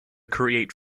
create